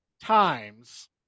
times